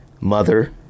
Mother